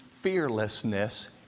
fearlessness